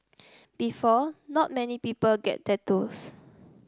before not many people get tattoos